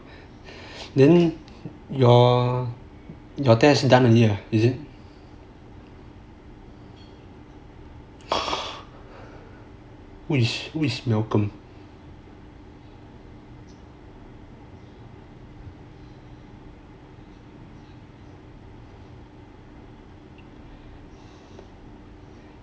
then your your test done already or who is malcom